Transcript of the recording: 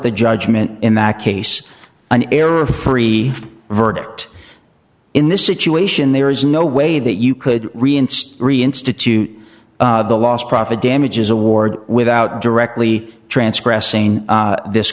the judgment in that case an error free verdict in this situation there is no way that you could reinstate reinstitute the last profit damages award without directly transcripts saying this